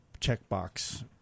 checkbox